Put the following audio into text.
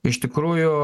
iš tikrųjų